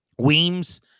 Weems